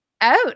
out